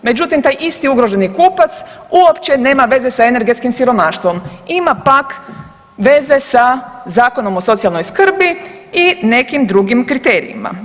Međutim, taj isti ugroženi kupac uopće nema veze sa energetskim siromaštvom, ima pak veze sa Zakonom o socijalnoj skrbi i nekim drugim kriterijima.